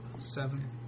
Seven